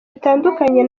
bitandukanye